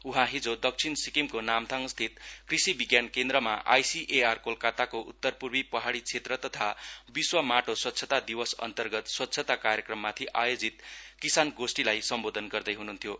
उहाँ हिजो दक्षिण सिक्किमको नामथाङस्थित कृषि विज्ञान केन्द्रमा आइसिएआर कोलकाताको उतपूर्वि पहाड़ि क्षेत्र तथा विश्व माटो स्वच्छता दिवस अन्तर्गत स्वच्छता कार्यक्रममाथि आयोजित किसान गोष्ठिलाई सम्बोधन गर्दै हुनुहुन्थ्यो